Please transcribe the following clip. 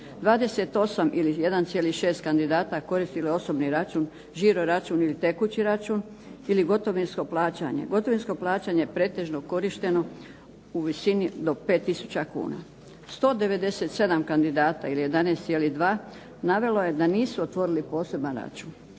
28 ili 1,6% kandidata koristilo je osobni račun, žiroračun ili tekući račun ili gotovinsko plaćanje. Gotovinsko plaćanje je pretežno korišteno u visini do 5000 kn. 197 kandidata ili 11,2 navelo je da nisu otvorili poseban račun